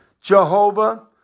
Jehovah